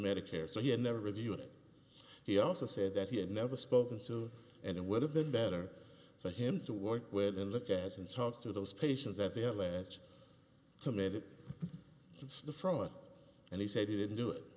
medicare so he never reviewed he also said that he had never spoken to and it would have been better for him to work with and look at and talk to those patients that they have actually committed the fraud and he said he didn't do it